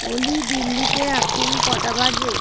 ওলি দিল্লিতে এখন কটা বাজে